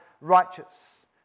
righteous